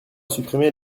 supprimé